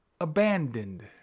abandoned